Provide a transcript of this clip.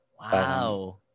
Wow